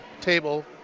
table